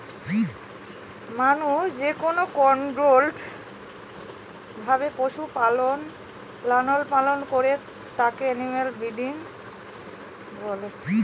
মানুষ যেকোনো কন্ট্রোল্ড ভাবে পশুর লালন পালন করে তাকে এনিম্যাল ব্রিডিং বলে